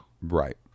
Right